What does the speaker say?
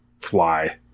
fly